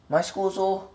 my school also